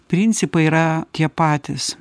principai yra tie patys